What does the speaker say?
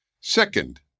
Second